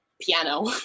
piano